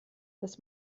dass